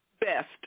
Best